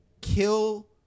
kill